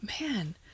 man